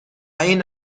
این